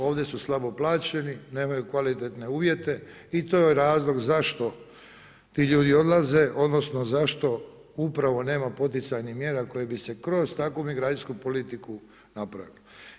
Ovdje su slabo plaćeni, nemaju kvalitetne uvjete i to je razlog zašto ti ljudi odlaze odnosno zašto upravo nema poticajnih mjera koja bi se kroz takvu migracijsku politiku napravilo.